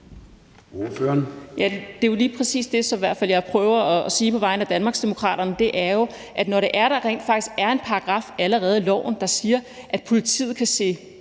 Det er jo lige præcis det, som jeg i hvert fald prøver at sige på vegne af Danmarksdemokraterne, nemlig at når der rent faktisk allerede er en paragraf i loven, der siger, at politiet kan se